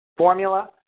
formula